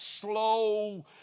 slow